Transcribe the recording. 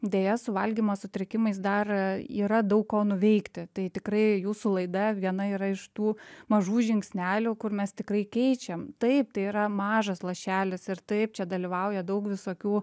deja su valgymo sutrikimais dar yra daug ko nuveikti tai tikrai jūsų laida viena yra iš tų mažų žingsnelių kur mes tikrai keičiam taip tai yra mažas lašelis ir taip čia dalyvauja daug visokių